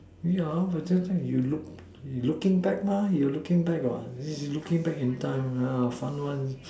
yeah but just now you looking back you looking back what yeah fun one